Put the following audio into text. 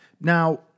Now